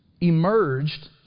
emerged